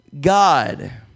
God